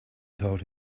told